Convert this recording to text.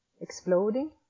exploding